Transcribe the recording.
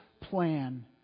plan